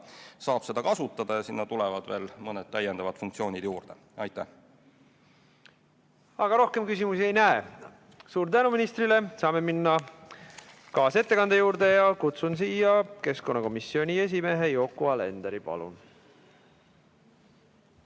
saab seda kasutada ja sinna tulevad veel mõned täiendavad funktsioonid juurde. Rohkem küsimusi ma ei näe. Suur tänu ministrile! Saame minna kaasettekande juurde ja kutsun siia keskkonnakomisjoni esimehe Yoko Alenderi. Palun!